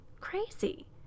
crazy